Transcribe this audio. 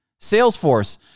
Salesforce